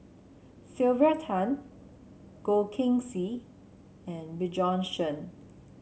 Sylvia Tan Goh Keng Swee and Bjorn Shen